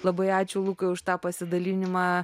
labai ačiū lukui už tą pasidalinimą